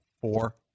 four